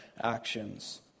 actions